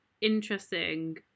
interesting